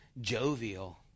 jovial